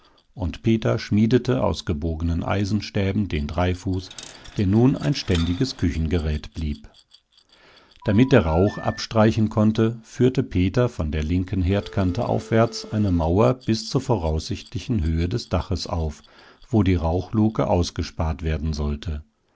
und peter schmiedete aus gebogenen eisenstäben den dreifuß der nun ein ständiges küchengerät blieb damit der rauch abstreichen konnte führte peter von der linken herdkante aufwärts eine mauer bis zur voraussichtlichen höhe des daches auf wo die rauchluke ausgespart werden sollte